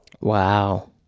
Wow